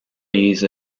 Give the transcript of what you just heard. use